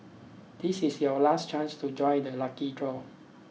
this is your last chance to join the lucky draw